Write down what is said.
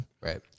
right